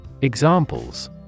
Examples